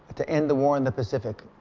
to end the war in the pacific.